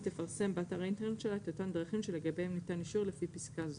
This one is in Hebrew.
תפרסם באתר האינטרנט שלה את אותן דרכים שלגביהן ניתן אישור לפי פסקה זו.